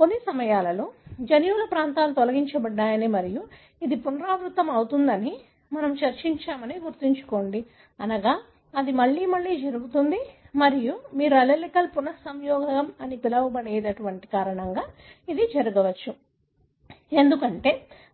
కొన్ని సమయాల్లో జన్యువుల ప్రాంతాలు తొలగించబడతాయని మరియు ఇది పునరావృతమవుతుందని మనము చర్చించామని గుర్తుంచుకోండి అనగా ఇది మళ్లీ మళ్లీ జరుగుతుంది మరియు మీరు అల్లెలిక్ పునఃసంయోగం అని పిలవబడే కారణంగా ఇది జరగవచ్చు ఎందుకంటే